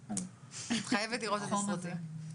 את חייבת לראות את הסרטים.